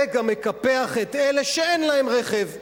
זה גם מקפח את אלה שאין להם רכב.